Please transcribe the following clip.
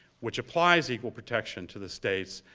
which applies equal protection to the states.